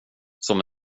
som